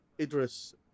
Idris